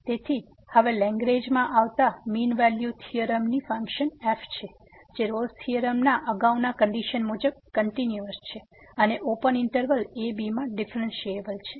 તેથી હવે લગ્રેંજમાં આવતા મીન વેલ્યુ થીયોરમની ફંક્શન f છે જે રોલ્સ થીયોરમના અગાઉની કંડીશન મુજબ કંટીન્યુઅસ છે અને ઓપન ઈંટરવલ a b માં ડીફરેન્સીએબલ છે